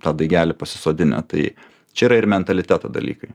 tą daigelį pasisodinę tai čia yra ir mentaliteto dalykai